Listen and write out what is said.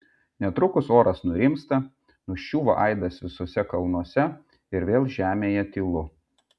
netrukus oras nurimsta nuščiūva aidas visuose kalnuose ir vėl žemėje tylu